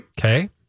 Okay